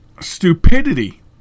stupidity